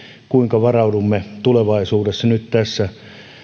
kuinka varaudumme tulevaisuudessa nyt tässä